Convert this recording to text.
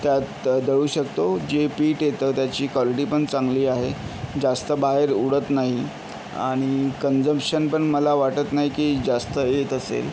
त्यात दळू शकतो जे पीठ येतं त्याची क्वॉलिटी पण चांगली आहे जास्त बाहेर उडत नाही आणि कंझम्पशन पण मला वाटत नाही की जास्त येत असेल